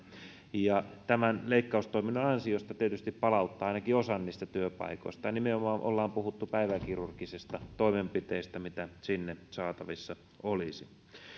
ja tämän leikkaustoiminnan ansiosta tietysti palautuu ainakin osa niistä työpaikoista nimenomaan ollaan puhuttu päiväkirurgisista toimenpiteistä mitä sinne saatavissa olisi